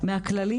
מהכללי